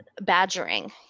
badgering